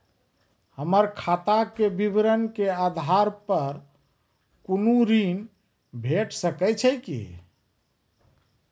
हमर खाता के विवरण के आधार प कुनू ऋण भेट सकै छै की?